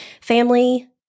family